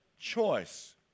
choice